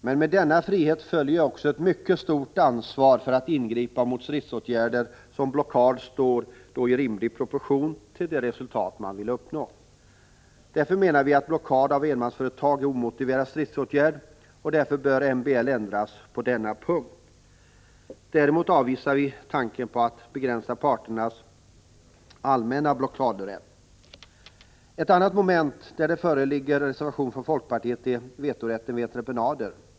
Men med denna frihet följer ett mycket stort ansvar för att stridsåtgärder som blockad står i rimlig proportion till det resultat man vill uppnå. Därför menar vi att blockad av enmansföretag är en omotiverad stridsåtgärd, och därför bör MBL ändras på denna punkt. Däremot avvisar vi tanken på att begränsa parternas allmänna blockadrätt. Ett annat moment där det föreligger reservation från folkpartiet är vetorätten vid entreprenader.